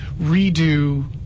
redo